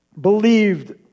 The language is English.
believed